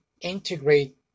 integrate